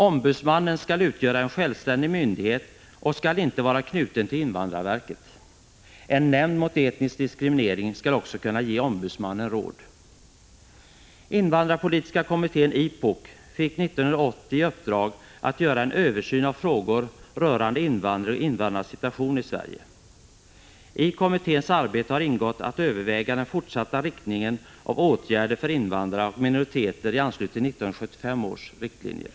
Ombudsmannen skall utgöra en självständig myndighet och skall inte vara knuten till invandrarverket. En nämnd mot etnisk diskriminering skall också kunna ge ombudsmannen råd. Invandrarpolitiska kommittén fick 1980 i uppdrag att göra en översyn av frågor rörande invandring och invandrarnas situation i Sverige. I kommitténs arbete har ingått att överväga den fortsatta inriktningen av åtgärder för invandrare och minoriteter i anslutning till 1975 års riktlinjer.